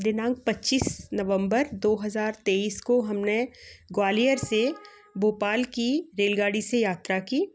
दिनांक पचीस नवंबर दो हजार तेईस को हमने ग्वालियर से भोपाल की रेलगाड़ी से यात्रा की